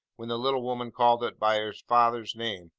when the little woman called it by its father's name,